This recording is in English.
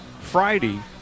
Friday